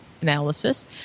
analysis